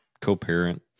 co-parent